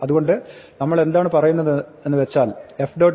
അതുകൊണ്ട് നമ്മളെന്താണ് പറയുന്നതെന്ന് വെച്ചാൽ f